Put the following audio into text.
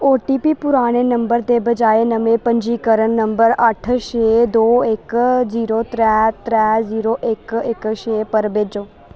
ओ T P पराने number दे बजाए नमें पंजीकरण नंबर अट्ठ छे दो इक जीरो त्रै त्रै जीरो इक इक छे पर भेजो